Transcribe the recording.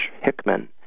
Hickman